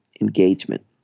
engagement